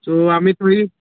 so आमी थंय